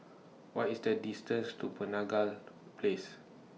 What IS The distance to Penaga Place